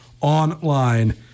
online